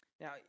now